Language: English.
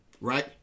Right